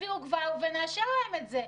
תביאו כבר, ונאשר להם את זה.